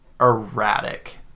erratic